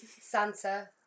Santa